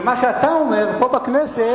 ומה שאתה אומר פה בכנסת,